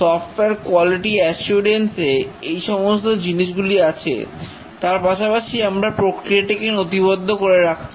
software quality assurance এ এই সমস্ত জিনিসগুলি আছে তার পাশাপাশি আমরা প্রক্রিয়াটিকে নথিবদ্ধ করে রাখছি